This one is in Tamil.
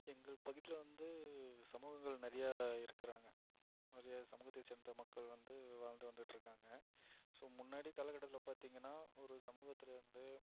எங்கள் பகுதியில் வந்து சமூகங்கள் நிறையா இருக்கிறாங்க நிறையா சமூகத்தைச் சேர்ந்த மக்கள் வந்து வாழ்ந்து வந்துகிட்டு இருக்கிறாங்க ஸோ முன்னாடி காலகட்டத்தில் பார்த்தீங்கன்னா ஒரு சமூகத்தில் வந்து